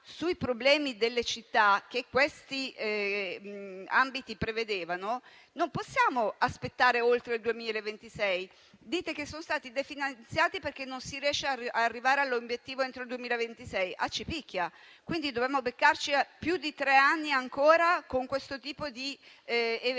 sui problemi delle città che questi ambiti prevedevano, non possiamo aspettare oltre il 2026. Dite che sono stati definanziati perché non si riesce ad arrivare all'obiettivo entro il 2026: accipicchia, quindi dovremo beccarci ancora più di tre anni con questo tipo di eventi.